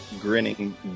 grinning